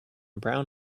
brown